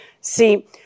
See